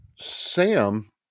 sam